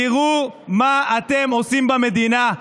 תראו מה אתם עושים במדינה.